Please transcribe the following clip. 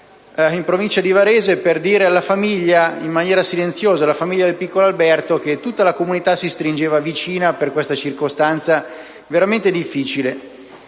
in provincia di Varese, per dire in maniera silenziosa alla famiglia del piccolo Alberto che tutta la comunità si stringeva vicina in questa circostanza veramente difficile.